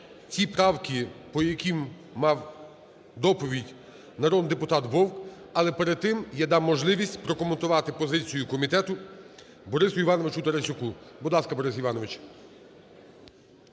ті правки, по яким мав доповідь народний депутат Вовк. Але перед тим я дам можливість прокоментувати позицію комітету Борису Івановичу Тарасюку. Будь ласка, Борис Іванович.